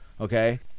okay